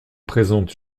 présentent